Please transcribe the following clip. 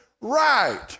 right